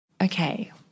Okay